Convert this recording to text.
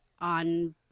on